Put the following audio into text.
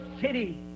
city